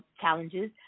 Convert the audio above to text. challenges